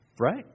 Right